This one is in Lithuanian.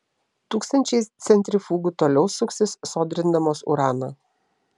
tūkstančiai centrifugų toliau suksis sodrindamos uraną